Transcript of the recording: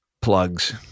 plugs